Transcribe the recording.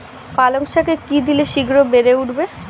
পালং শাকে কি দিলে শিঘ্র বেড়ে উঠবে?